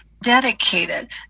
dedicated